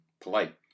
polite